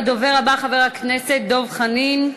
הדובר הבא, חבר הכנסת דב חנין.